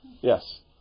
Yes